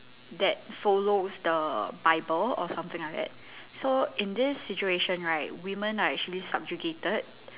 that follows the bible or something like that so in this situation right women are actually subjugated